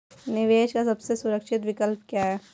निवेश का सबसे सुरक्षित विकल्प क्या है?